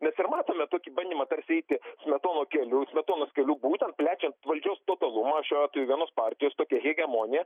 mes ir matome tokį bandymą tarsi eiti smetono keliu smetonos keliu būtent plečiant valdžios totalumą šiuo atveju vienos partijos tokia hegemonija